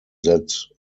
that